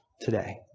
today